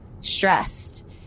stressed